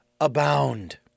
abound